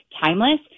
timeless